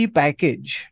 package